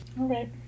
Okay